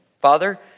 Father